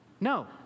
No